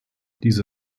diese